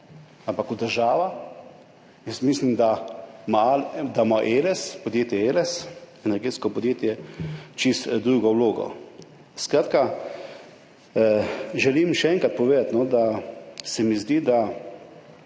ampak jaz mislim, da ima podjetje Eles, energetsko podjetje, čisto drugo vlogo. Skratka, želim še enkrat povedati, da se mi zdi, da